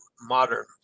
modern